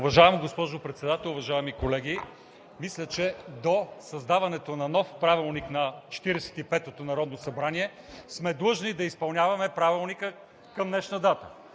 Уважаема госпожо Председател, уважаеми колеги! Мисля, че до създаването на нов правилник на 45-ото народно събрание сме длъжни да изпълняваме Правилника към днешна дата.